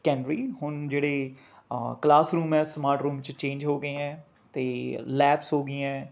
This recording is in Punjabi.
ਸਕੈਂਡਰੀ ਹੁਣ ਜਿਹੜੇ ਕਲਾਸਰੂਮ ਹੈ ਸਮਾਰਟ ਰੂਮ 'ਚ ਚੇਂਜ ਹੋ ਗਏ ਹੈ ਅਤੇ ਲੈਬਸ ਹੋ ਗਈਆਂ